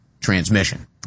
transmission